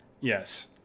yes